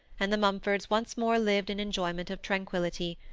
and the mumfords once more lived in enjoyment of tranquillity,